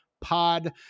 pod